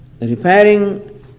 Repairing